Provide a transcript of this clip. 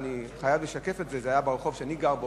אני חייב לשקף את זה ולומר שזה ברחוב שאני גר בו,